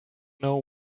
know